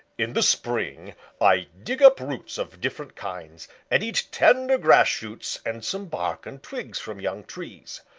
in the spring i dig up roots of different kinds, and eat tender grass shoots and some bark and twigs from young trees.